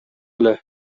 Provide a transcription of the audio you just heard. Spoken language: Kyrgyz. эле